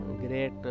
great